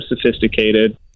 sophisticated